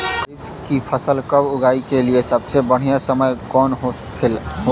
खरीफ की फसल कब उगाई के लिए सबसे बढ़ियां समय कौन हो खेला?